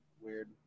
weird